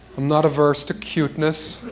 not averse to cuteness.